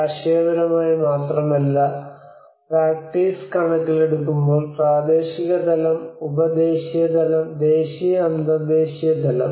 ആശയപരമായി മാത്രമല്ല പ്രാക്ടീസ് കണക്കിലെടുക്കുമ്പോൾ പ്രാദേശിക തലം ഉപ ദേശീയ തലം ദേശീയ അന്തർദേശീയ തലം